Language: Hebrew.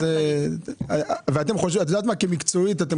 מקצועית אתם